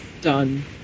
done